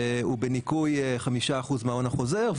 והוא בניכוי 5% מההון החוזר,